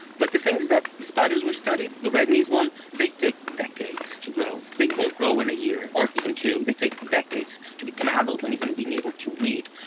but the thing is that the spiders we studied, the red knees one, they take decades to grow. they won't grow in a year or even two. they take decades to become adult and even being able to breed.